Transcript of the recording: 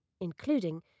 including